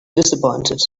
disappointed